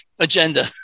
agenda